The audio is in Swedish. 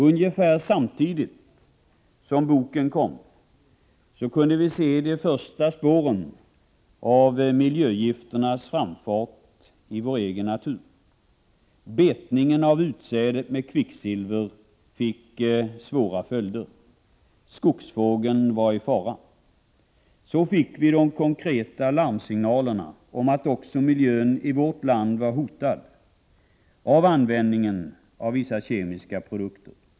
Ungefär samtidigt som boken kom kunde vi se de första spåren av miljögifternas framfart i vår egen natur. Betningen av utsädet med kvicksilver fick svåra följder. Skogsfågeln var i fara. Så fick vi de konkreta larmsignalerna om att också miljön i vårt land var hotad av användningen av vissa kemiska produkter.